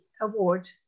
award